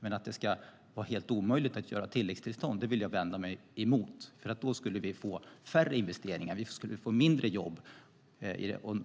Men att tilläggstillstånd ska vara helt omöjligt att få vänder jag mig mot. Då skulle vi få färre investeringar. Vi skulle få färre jobb